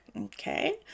okay